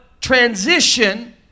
transition